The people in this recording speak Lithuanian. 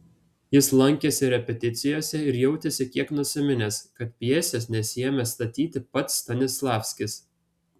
jis lankėsi repeticijose ir jautėsi kiek nusiminęs kad pjesės nesiėmė statyti pats stanislavskis